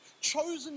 chosen